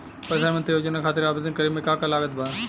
प्रधानमंत्री योजना खातिर आवेदन करे मे का का लागत बा?